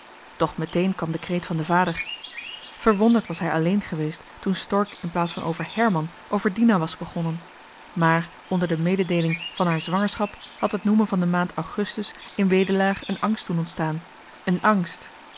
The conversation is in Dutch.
metéé n kwam de kreet van den vader alleen verwonderd was hij geweest toen stork in plaats van over herman over dina was begonnen maar onder de mededeeling van haar zwangerschap had het noemen van de maand augustus in wedelaar een angst doen ontstaan een angst